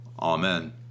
Amen